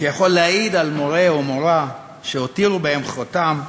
שיכול להעיד על מורה או מורה שהותירו בו חותם,